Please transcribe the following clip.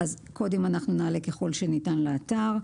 את הקודים נעלה ככל שניתן לאתר.